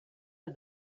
did